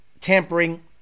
tampering